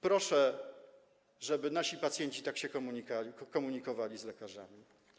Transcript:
Proszę, żeby nasi pacjenci tak się komunikowali z lekarzami.